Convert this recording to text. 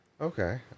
okay